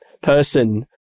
person